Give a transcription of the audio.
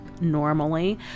normally